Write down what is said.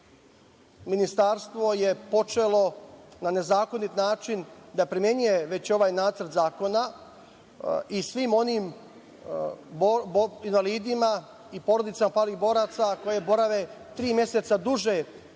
ministarstvo je počelo na nezakonit način da primenjuje već ovaj nacrt zakona i svim onim invalidima i porodicama palih boraca koje borave tri meseca duže